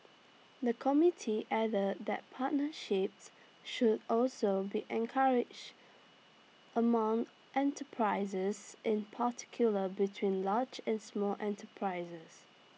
the committee added that partnerships should also be encouraged among enterprises in particular between large and small enterprises